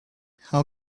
how